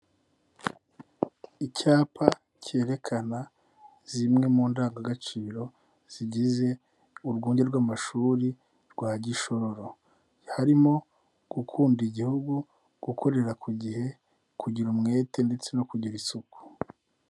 Icyapa kerekana zimwe mu ndangagaciro zigize urwunge rw'amashuri rwa Gishororo harimo gukunda igihugu, gukorera ku gihe, kugira umwete ndetse no kugira isuku.